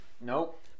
Nope